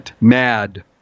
MAD